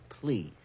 please